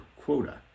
quota